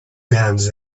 guns